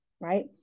right